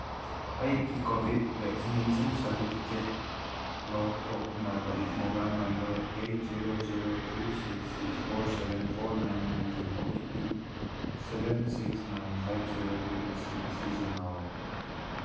ꯑꯩꯒꯤ Covid vaccination certificate ꯂꯧꯊꯣꯛꯅꯕ mobile number eight zero zero three six six four seven four nine ꯅꯥꯏꯟꯒꯤ O T P seven six nine five zero two ꯑꯁꯤ ꯁꯤꯖꯤꯟꯅꯧ